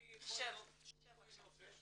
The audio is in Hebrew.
שמי עופר כהן.